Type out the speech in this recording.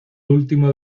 último